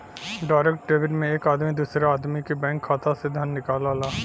direct debit में एक आदमी दूसरे आदमी के बैंक खाता से धन निकालला